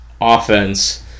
offense